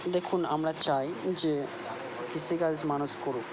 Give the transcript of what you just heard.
দেখুন আমরা চাই যে কৃষিকাজ মানুষ করুক